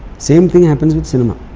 same thing happens with cinema